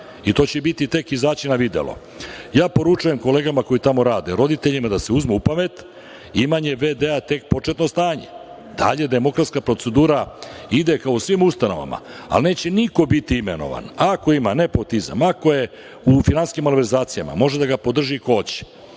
i to će tek izaći na videlo. Ja poručujem kolegama koji tamo rade, roditeljima, da se uzmu u pamet, imanje v.d. je tek početno stanje. Dalje demokratska procedura ide ka svim ustanovama, ali neće niko biti imenova. Ako ima nepotizam, ako je u finansijskim malverzacijama, može da ga podrži ko